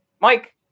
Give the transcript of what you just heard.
Mike